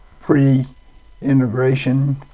pre-integration